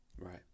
right